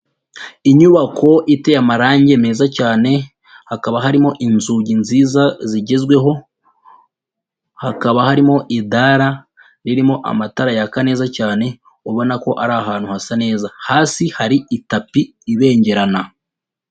Inyubako iteye amarangi meza cyane, hakaba harimo inzugi nziza zigezweho, hakaba harimo idara ririmo amatara yaka neza cyane ubona ko ari ahantu hasa neza, hasi hari itapi ibengerana.